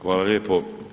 Hvala lijepo.